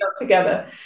together